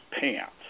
pants